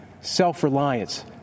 self-reliance